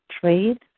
trade